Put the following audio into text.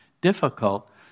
difficult